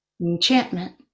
Enchantment